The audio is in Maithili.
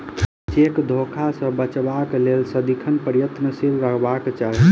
चेक धोखा सॅ बचबाक लेल सदिखन प्रयत्नशील रहबाक चाही